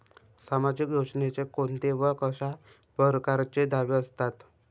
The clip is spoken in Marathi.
सामाजिक योजनेचे कोंते व कशा परकारचे दावे असतात?